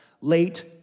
late